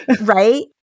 Right